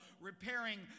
repairing